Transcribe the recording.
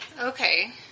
Okay